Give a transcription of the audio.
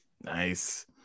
Nice